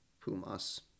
Pumas